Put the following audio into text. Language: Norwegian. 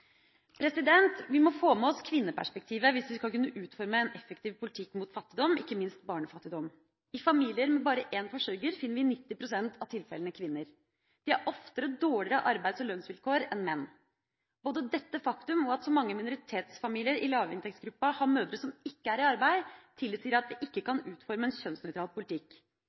Vi må få med oss kvinneperspektivet hvis vi skal kunne utforme en effektiv politikk mot fattigdom, ikke minst barnefattigdom. I familier med bare én forsørger finner vi i 90 pst. av tilfellene kvinner. De har oftere dårligere arbeids- og lønnsvilkår enn menn. Både dette faktum og at så mange minoritetsfamilier i lavinntektsgruppa har mødre som ikke er i arbeid, tilsier at vi ikke kan utforme en kjønnsnøytral politikk.